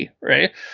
right